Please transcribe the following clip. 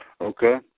Okay